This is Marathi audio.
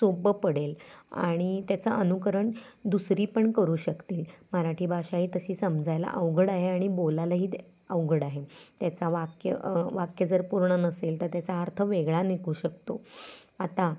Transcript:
सोप्पं पडेल आणि त्याचं अनुकरण दुसरी पण करू शकतील मराठी भाषा ही तशी समजायला अवघड आहे आणि बोलायलाही त अवघड आहे त्याचा वाक्य वाक्य जर पूर्ण नसेल तर त्याचा अर्थ वेगळा निघू शकतो आता